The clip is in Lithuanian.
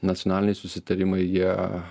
nacionaliniai susitarimai jie